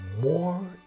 more